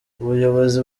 ubuyobozi